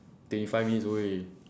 twenty five minutes only